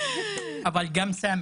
אבל גם סמי.